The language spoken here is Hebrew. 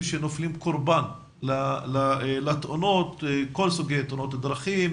שנופלים קורבן לכל סוגי התאונות: דרכים,